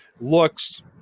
looks